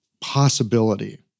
possibility